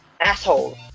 asshole